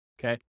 okay